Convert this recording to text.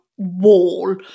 Wall